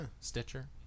Stitcher